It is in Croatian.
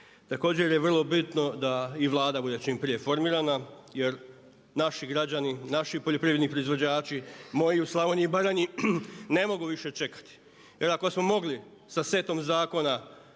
Također je vrlo bitno da i Vlada bude čim prije formirana jer naši građani i naši poljoprivredni proizvođači, moji u Slavoniji i Baranji ne mogu više čekati. Jer ako smo mogli sa setom zakona